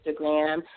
Instagram